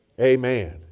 Amen